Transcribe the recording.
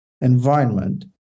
environment